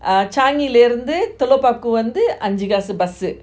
uh changi லந்து துலாபாகு அஞ்சி காசு:lanthu thulapaku anji kaasu bus eh